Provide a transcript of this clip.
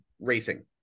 racing